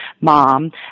mom